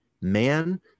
man